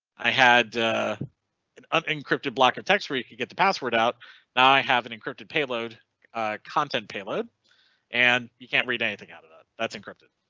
i had an unencrypted block of text where you could get the password out now i have an encrypted payload content payload and you can't read anything out of that. that's encrypted.